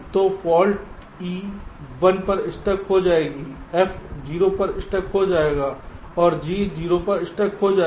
तो fault E 1 पर stuck हो जाएगी F 0 पर स्टक हो जाएगा और G 0 पर स्टक हो जाएगा